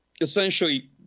essentially